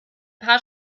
paar